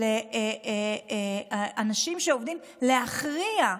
של אנשים שעומדים להכריע,